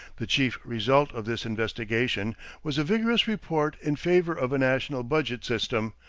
the chief result of this investigation was a vigorous report in favor of a national budget system,